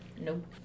Nope